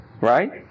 right